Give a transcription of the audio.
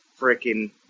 freaking